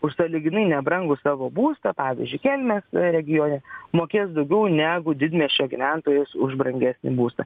už sąlyginai nebrangų savo būstą pavyzdžiui kelmės regione mokės daugiau negu didmiesčio gyventojas už brangesnį būstą